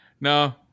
No